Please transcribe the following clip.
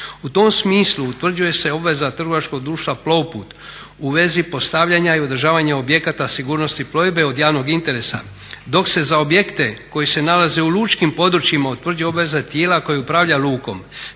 U tom smislu utvrđuje se obveza Trgovačkog društva Plovput u vezi postavljanja i održavanja objekata sigurnosti plovidbe od javnog interesa dok se za objekte koji se nalaze u lučkim područjima utvrđuje obveza tijela koje upravlja lukom.